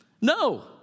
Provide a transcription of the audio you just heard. No